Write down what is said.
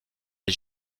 des